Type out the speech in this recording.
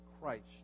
Christ